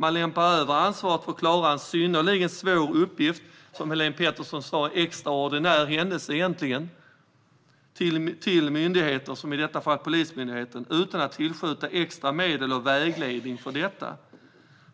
Man lämpar över ansvaret för att klara en synnerligen svår uppgift - egentligen en extraordinär händelse, som Helene Petersson sa - på myndigheter, i detta fall Polismyndigheten, utan att tillskjuta extra medel och vägledning för detta.